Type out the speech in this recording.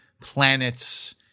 planets